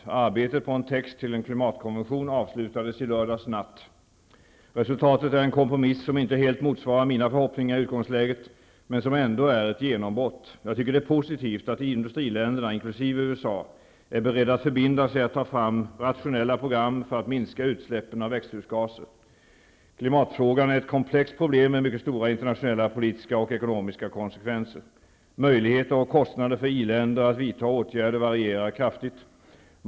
Arbetet på en text till en klimatkonvention avslutades i lördags natt. Resultatet är en kompromiss som inte helt motsvarar mina förhoppningar i utgångsläget, men som ändå är ett genombrott. Jag tycker att det är positivt att industriländerna -- inkl. USA -- är beredda att förbinda sig att ta fram rationella program för att minska utsläppen av växthusgaser. Klimatfrågan är ett komplext problem med mycket stora internationella, politiska och ekonomiska konsekvenser. Möjligheter och kostnader för iländer att vidta åtgärder varierar kraftigt.